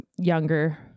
younger